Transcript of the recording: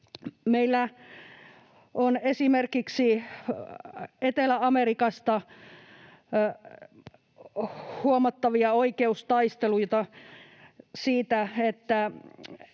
Meillä on esimerkiksi Etelä-Amerikasta huomattavia oikeustaisteluita siitä,